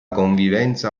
convivenza